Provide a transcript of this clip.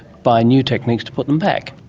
by new techniques, to put them back?